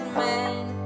men